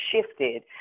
shifted